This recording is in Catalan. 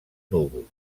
núvol